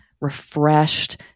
refreshed